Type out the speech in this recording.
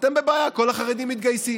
אתם בבעיה, כל החרדים מתגייסים.